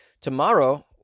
tomorrow